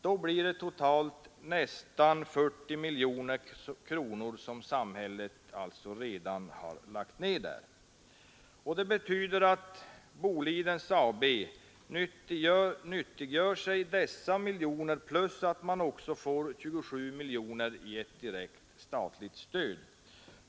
Då blir det totalt nästan 40 miljoner kronor som samhället redan har lagt ner här. Det betyder att Boliden AB nyttiggör sig dessa miljoner plus att man också får 27 miljoner i direkt statligt stöd.